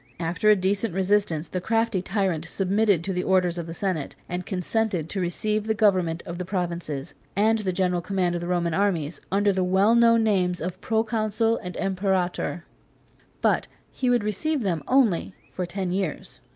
after a decent resistance, the crafty tyrant submitted to the orders of the senate and consented to receive the government of the provinces, and the general command of the roman armies, under the well-known names of proconsul and imperator. but he would receive them only for ten years.